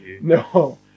No